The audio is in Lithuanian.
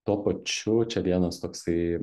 tuo pačiu čia vienas toksai